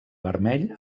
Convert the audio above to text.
vermell